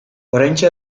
oraintxe